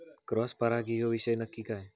Cross परागी ह्यो विषय नक्की काय?